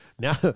Now